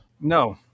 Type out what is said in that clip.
No